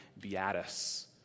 Beatus